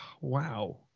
Wow